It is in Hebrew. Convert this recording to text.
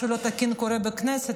משהו לא תקין קורה בכנסת,